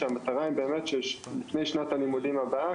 המטרה היא שלפני שנת הלימודים הבאה